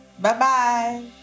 Bye-bye